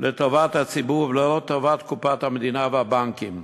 לטובת הציבור ולא לטובת קופת המדינה והבנקים,